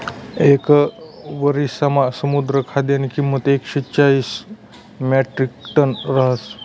येक वरिसमा समुद्र खाद्यनी किंमत एकशे चाईस म्याट्रिकटन रहास